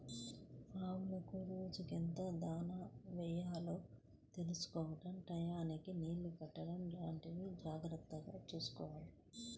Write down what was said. ఆవులకు రోజుకెంత దాణా యెయ్యాలో తెలుసుకోడం టైయ్యానికి నీళ్ళు పెట్టడం లాంటివి జాగర్తగా చూసుకోవాలి